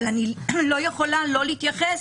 אבל אני לא יכולה לא להתייחס